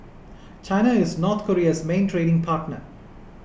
China is North Korea's main trading partner